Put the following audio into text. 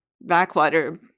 backwater